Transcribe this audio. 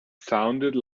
sounded